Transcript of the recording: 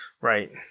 Right